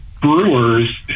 brewers